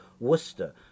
Worcester